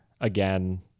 again